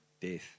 death